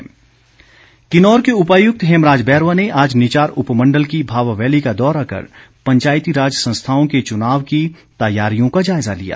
DC Kinnaur Kinnaur के उपायुक्त हेमराज बैरवा ने आज निचार उपमण्डल की भावा वैली का दौरा कर पंचायती राज संस्थाओं के चुनाव की तैयारियों का जायजा लिया